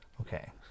Okay